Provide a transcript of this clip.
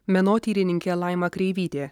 menotyrininkė laima kreivytė